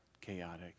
chaotic